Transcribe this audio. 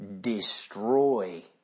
destroy